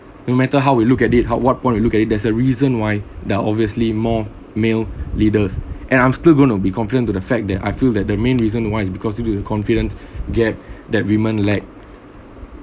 no matter how you look at it how what want you look at it there's a reason why they're obviously more male leaders and I'm still going to be confident to the fact that I feel that the main reason why is because due to the confident gap that women lack